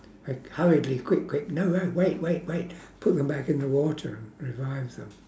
I hurriedly quick quick no no wait wait wait put them back in the water revive them